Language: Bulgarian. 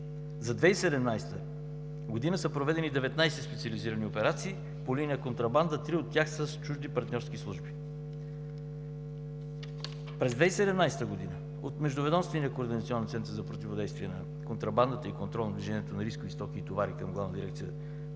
За 2017 г. са проведени 19 специализирани операции по линия на контрабанда, три от тях – с чужди партньорски служби. През 2017 г. от Междуведомствения координационен център за противодействие на контрабандата и контрола на движението на рискови стоки и товари към Главна дирекция